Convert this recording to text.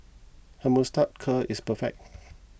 his moustache curl is perfect